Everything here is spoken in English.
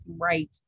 right